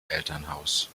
elternhaus